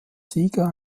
sieger